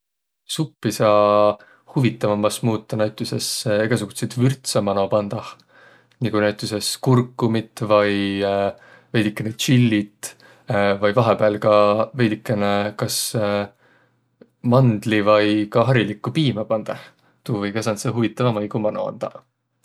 Suppi saa huvitavambas muutaq näütüses egäsugutsit vürtse mano pandõh. Nigu näütüses kurkumit vai vedükene tsillit vai vahepääl ka veidükene kas mandli- vai ka harilikku piimä pandõh. Tuu või kah sääntse huvitava maigu mano andaq.